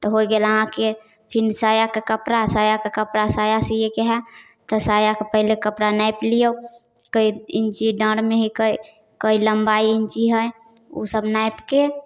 तऽ हो गेल अहाँके फेर सायाके कपड़ा सायाके कपड़ा साया सिएके हइ तऽ सायाके पहिले कपड़ा नापि लिअऽ कएक इञ्ची डाँढ़मे हिकै कएक लम्बा इञ्ची हइ ओसब नापिके